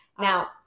Now